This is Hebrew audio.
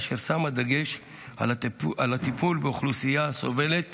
אשר שמה דגש על הטיפול באוכלוסייה הסובלת